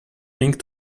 thing